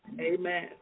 amen